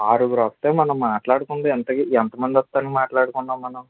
ఆరుగురు వస్తే మనం మాట్లాడుకుంది ఎంతమంది వస్తారని మాట్లాడుకున్నాం మనం